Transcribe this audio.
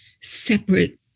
separate